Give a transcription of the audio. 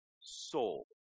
soul